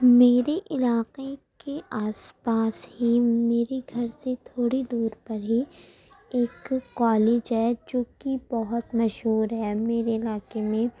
میرے علاقے کے آس پاس ہی میرے گھر سے تھوڑی دور پر ہی ایک کالج ہے جو کہ بہت مشہور ہے میرے علاقے میں